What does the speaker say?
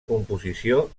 composició